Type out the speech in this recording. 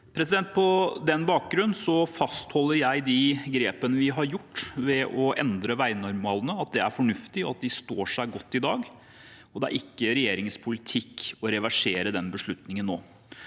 På den bakgrunn fastholder jeg at de grepene vi har gjort ved å endre veinormalene, er fornuftige og står seg godt i dag, og det er ikke regjeringens politikk å reversere den beslutningen nå.